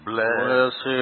Bless